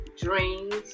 dreams